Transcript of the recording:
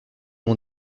mon